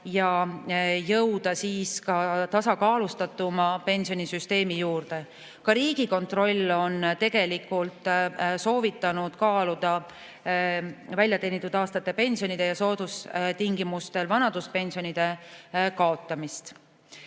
ja jõuda tasakaalustatuma pensionisüsteemi juurde. Ka Riigikontroll on soovitanud kaaluda väljateenitud aastate pensionide ja soodustingimustel vanaduspensionide kaotamist.